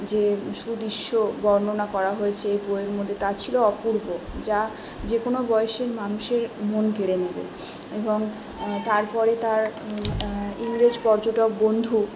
যে সুদৃশ্য বর্ণনা করা হয়েছে বোয়ের মধ্যে তা ছিল অপূর্ব যা যে কোনো বয়সের মানুষের মন কেড়ে নেবে এবং তারপরে তার ইংরেজ পর্যটক বন্ধু